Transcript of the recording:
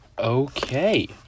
Okay